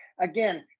again